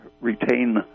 retain